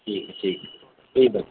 ٹھیک ہے ٹھیک ہے ٹھیک ہے